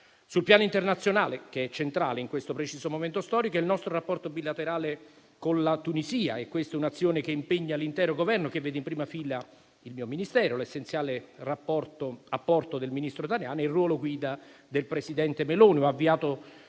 Sul piano internazionale, centrale in questo preciso momento storico, è il nostro rapporto bilaterale con la Tunisia. È questa un'azione che impegna l'intero Governo e che vede in prima fila il mio Ministero, l'essenziale apporto del ministro Tajani e il ruolo guida del presidente Meloni. Ho avviato